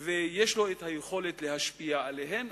ויש לו יכולת להשפיע עליהן.